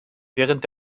während